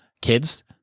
kids